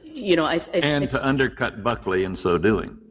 you know and to undercut buckley in so doing?